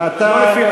לא לפני הזמן.